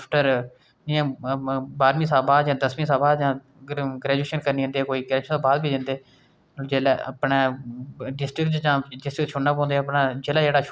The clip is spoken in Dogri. होर उंदियां जरानियां निं नज़र आंदियां ते मर्द जेह्ड़े न ओह् अंदर बाहर चलदे पर जनानियां बिलकुल निं लभदियां ते लोग रहान होंदे उसी दिक्खी दिक्खियै की एह् कीऽ निं आंदियां बाहर ते उस घर दा भामें